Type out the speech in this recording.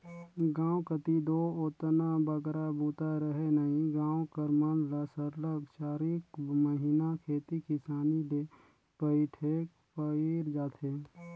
गाँव कती दो ओतना बगरा बूता रहें नई गाँव कर मन ल सरलग चारिक महिना खेती किसानी ले पइठेक पइर जाथे